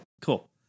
cool